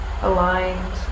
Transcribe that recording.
aligned